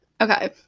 Okay